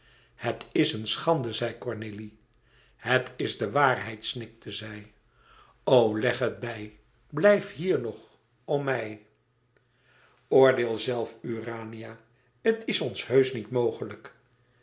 het is een schande zei cornélie het is de waarheid snikte zij o leg het bij blijf hier nog om mij oordeel zelf urania het is ons heusch niet mogelijk